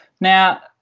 now